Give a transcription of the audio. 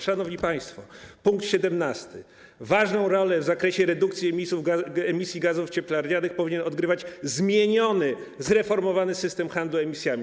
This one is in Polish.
Szanowni państwo, pkt 17: ważną rolę w zakresie redukcji emisji gazów cieplarnianych powinien odgrywać zmieniony, zreformowany system handlu emisjami.